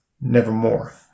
nevermore